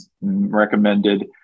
recommended